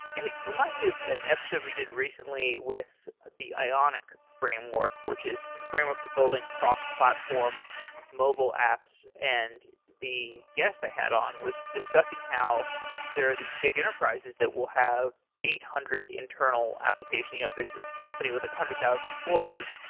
and it reminds me ah an episode we did recently with the ionic framework, which is framework for building cross-platform mobile apps, and the guest i had on was discussing how there are these big enterprises that will have eight hundred internal application yeah it's a company with one like hundred thousand employees.